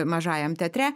mažajam teatre